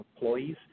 employees